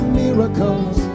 miracles